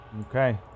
Okay